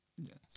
Yes